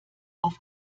auf